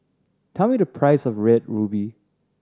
tell me the price of Red Ruby